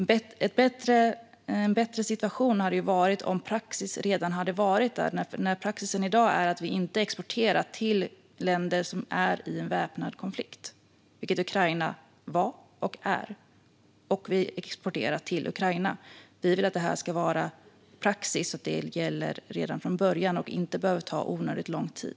Det hade varit en bättre situation om en sådan praxis redan hade funnits. Praxis i dag är att vi inte exporterar till länder som är i en väpnad konflikt, vilket Ukraina var och är. Men vi exporterar till Ukraina. Sverigedemokraterna vill att det ska finnas en sådan praxis som gäller redan från början, så att det inte behöver ta onödigt lång tid.